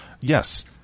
Yes